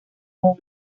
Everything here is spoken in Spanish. moon